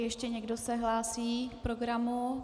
Ještě někdo se hlásí k programu?